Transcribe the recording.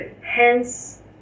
...hence